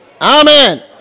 Amen